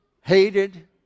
hated